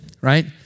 right